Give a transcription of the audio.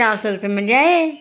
चार सय रुपियाँमा ल्याएँ